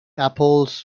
apples